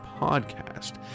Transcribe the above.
Podcast